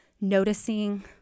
noticing